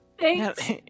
Thanks